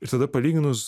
ir tada palyginus